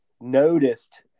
noticed